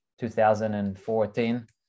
2014